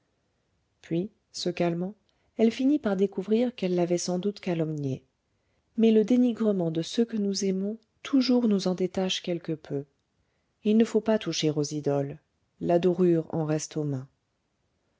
puis se calmant elle finit par découvrir qu'elle l'avait sans doute calomnié mais le dénigrement de ceux que nous aimons toujours nous en détache quelque peu il ne faut pas toucher aux idoles la dorure en reste aux mains